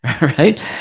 right